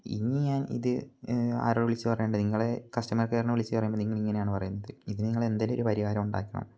ഇനി ഞാൻ ഇത് ആരോട വിളിച്ച് പറയേണ്ടെ നിങ്ങളെ കസ്റ്റമർ കെയറിനെ വിളിച്ച് പറയുമ്പോൾ നിങ്ങൾ ഇങ്ങനെയാണ് പറയുന്നത് ഇത് നിങ്ങൾ എന്തേലും ഒരു പരിഹാരം ഉണ്ടാക്കണം